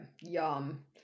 Yum